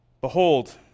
Behold